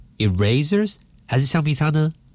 Erasers,还是橡皮擦呢